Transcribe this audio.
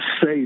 say